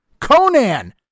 Conan